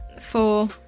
Four